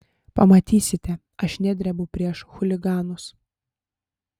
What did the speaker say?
pamatysite aš nedrebu prieš chuliganus